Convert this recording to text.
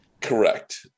Correct